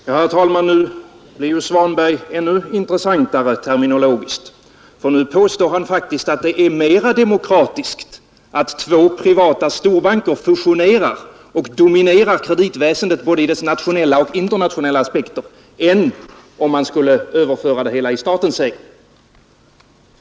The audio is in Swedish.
Herr talman! Nu blir ju herr Svanberg terminologiskt sett ännu intressantare. Nu påstår han faktiskt att det är mera demokratiskt att två privata storbanker fusionerar och dominerar kreditväsendet både i dess nationella och internationella aspekter än om man skulle överföra det hela i statens ägo.